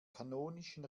kanonischen